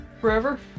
forever